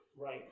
right